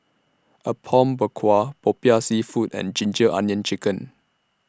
Apom Berkuah Popiah Seafood and Ginger Onions Chicken